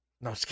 No